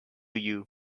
you